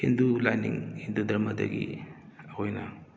ꯍꯤꯟꯗꯨ ꯂꯥꯏꯅꯤꯡ ꯍꯤꯟꯗꯨ ꯗꯔꯃꯗꯒꯤ ꯑꯩꯈꯣꯏꯅ